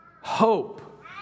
hope